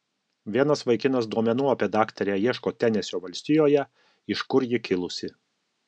vienas vaikinas duomenų apie daktarę ieško tenesio valstijoje iš kur ji kilusi